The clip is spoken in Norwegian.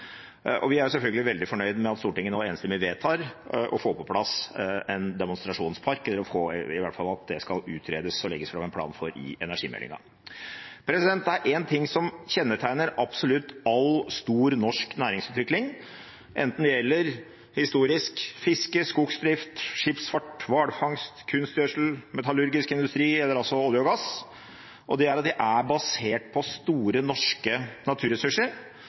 og å få på plass en stor satsing på utbygging av flytende havvind i Norge. Vi er selvfølgelig veldig fornøyd med at Stortinget nå enstemmig vil vedta å få på plass en demonstrasjonspark, eller at det i alle fall skal utredes og legges fram en sak om dette i energimeldingen. Det er én ting som kjennetegner absolutt all stor norsk næringsutvikling, enten det historisk gjelder fiske, skogsdrift, skipsfart, hvalfangst, kunstgjødsel, metallurgisk industri eller olje og gass: Næringene er basert på store norske